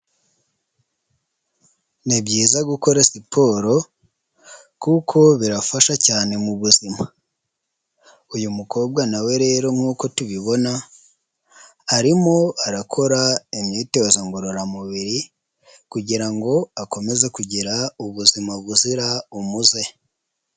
Ni byiza gukora siporo kuko birafasha cyane mu buzima, uyu mukobwa nawe rero nk'uko tubibona arimo arakora imyitozo ngororamubiri kugira ngo akomeze kugira ubuzima buzira umuze.